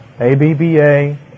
A-B-B-A